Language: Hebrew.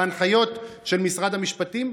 בהנחיות של משרד המשפטים?